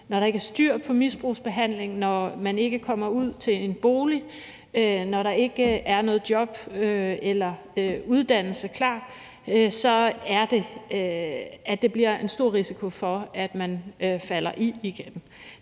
Når der ikke er styr på misbrugsbehandling, når man ikke kommer ud til en bolig, og når der ikke er noget job eller uddannelse klar, så er det, at der er stor risiko for, at man falder i igen.